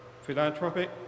philanthropic